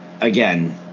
again